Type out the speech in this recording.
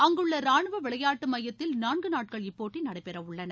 அங்குள்ள ரானுவ விளையாட்டு மையத்தில் நான்கு நாட்கள் இப்போட்டி நடைபெறவுள்ளன